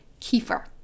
kefir